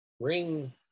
bring